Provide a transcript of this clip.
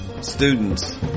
students